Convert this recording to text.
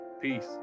Peace